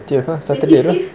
thirtieth ah saturday lah